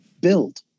build